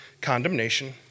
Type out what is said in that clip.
condemnation